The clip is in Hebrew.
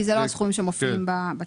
כי זה לא הסכום שמופיע בצו.